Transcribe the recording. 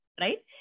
right